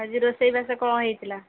ଆଜି ରୋଷେଇବାସ କ'ଣ ହେଇଥିଲା